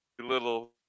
little